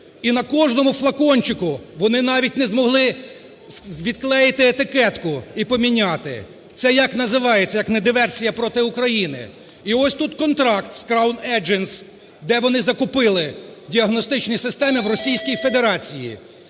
І на кожному флакончику вони навіть не змогли відклеїти етикетку і поміняти. Це як називається, як не диверсія проти України? І ось тут контракт з Crown Agents, де вони закупили діагностичні системи в Російській Федерації.